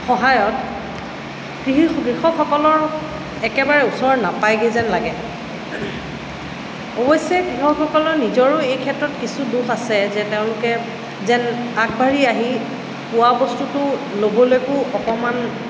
সহায়ত কৃষি কৃষকসকলৰ একেবাৰে ওচৰ নাপায়গৈ যেন লাগে অৱশ্যে কৃষকসকলৰ নিজৰো এই ক্ষেত্ৰত কিছু দোষ আছে যে তেওঁলোকে যেন আগবাঢ়ি আহি পোৱা বস্তুটো ল'বলেকো অকণমান